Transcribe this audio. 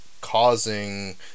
causing